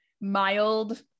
mild